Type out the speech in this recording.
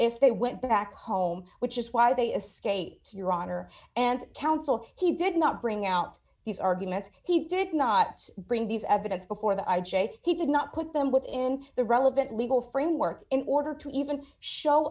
if they went back home which is why they escape your honor and counsel he did not bring out these arguments he did not bring these evidence before the i j a he did not put them within the relevant legal framework in order to even show